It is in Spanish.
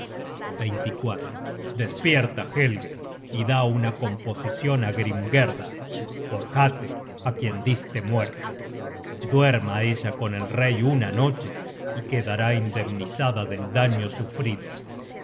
navíos despierta helge y da una composicion á hrimgerda por hate á quien diste muerte duerma ella con el rey una noche y quedará indemnizada del daño sufrido